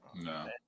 No